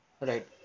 Right